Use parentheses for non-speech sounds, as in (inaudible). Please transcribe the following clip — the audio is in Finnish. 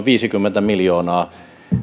(unintelligible) viisikymmentä miljoonaa